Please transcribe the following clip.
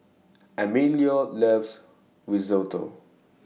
Emilio loves Risotto